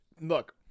look